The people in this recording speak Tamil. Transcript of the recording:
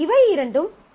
இவை இரண்டும் பி